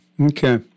Okay